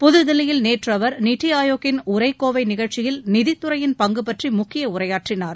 புதுதில்லியில் நேற்று அவர் நித்தி ஆயோக்கின் உரைக்கோவை நிகழ்ச்சியில் நிதித்துறையின் பங்கு பற்றி ழுக்கிய உரையாற்றினார்